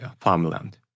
farmland